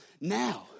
Now